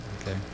Okay